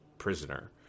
prisoner